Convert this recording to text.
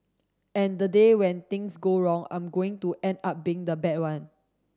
and the day when things go wrong I'm going to end up being the bad one